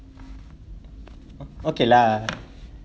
o~ okay lah